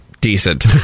decent